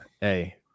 Hey